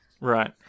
Right